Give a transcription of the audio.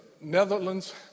Netherlands